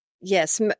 Yes